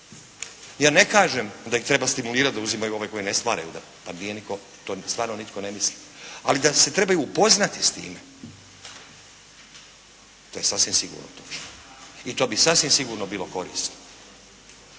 Ja ne kažem da ih treba stimulirati da uzimaju ove koje ne stvaraju, pa to stvarno nitko ne misli, ali da se trebaju upoznati s time, to je sasvim sigurno točno i to bi sasvim sigurno bilo korisno.